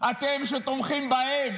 אתם שתומכים בהם,